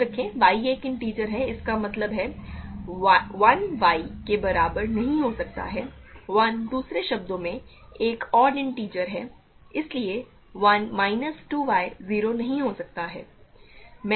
याद रखें y एक इन्टिजर है इसका मतलब है 1 y के बराबर नहीं हो सकता 1 दूसरे शब्दों में एक ओड इन्टिजर है इसलिए 1 माइनस 2 y 0 नहीं हो सकता